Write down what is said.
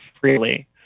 freely